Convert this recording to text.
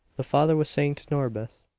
the father was saying to norbith,